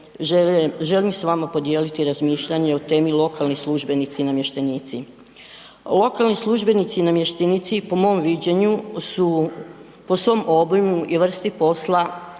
želim s vama podijeliti razmišljanje o temi lokalni službenici i namještenici. Lokalni službenici i namještenici po mom viđenju su po svom obimu i vrsti posla